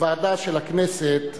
חבר הכנסת מגלי.